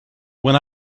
when